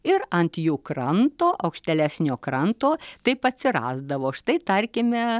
ir ant jų kranto aukštėlesnio kranto taip atsirasdavo štai tarkime